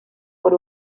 por